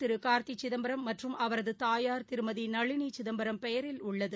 திருகார்த்திசிதம்பரம் மற்றும் அவரதுதயார் திருமதிநளினிசிதம்பரம் பெயரில் உள்ளது